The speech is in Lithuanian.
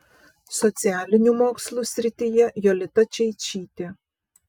socialinių mokslų srityje jolita čeičytė